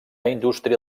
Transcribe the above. indústria